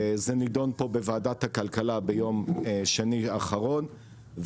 זה נידון פה בוועדת הכלכלה ביום שני האחרון,